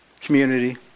community